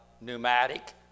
pneumatic